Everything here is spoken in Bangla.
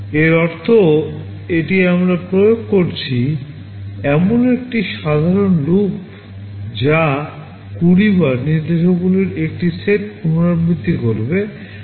এর অর্থ এটি আমরা প্রয়োগ করেছি এমন একটি সাধারণ লুপ যা 20 বার নির্দেশাবলীর একটি সেট পুনরাবৃত্তি করবে